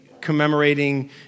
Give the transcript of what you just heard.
commemorating